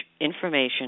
information